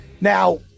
Now